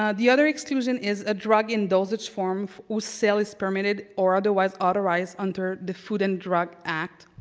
um the other exclusion is a drug in dosage form whose sale is permitted or otherwise authorized under the food and drug act,